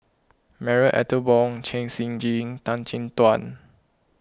Marie Ethel Bong Chen Shiji Tan Chin Tuan